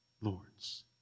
lords